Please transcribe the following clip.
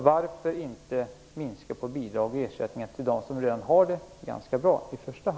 Varför inte i första hand minska på bidrag och ersättningar till dem som redan har det ganska bra?